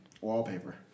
Wallpaper